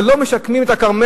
אבל לא משקמים את הכרמל,